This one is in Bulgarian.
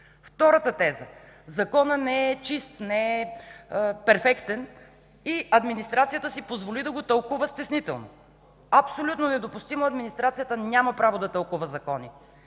Втората теза – законът не е чист, не е перфектен и администрацията си позволи да го тълкува стеснително. Абсолютно недопустимо! Администрацията няма право да тълкува закони.